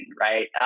right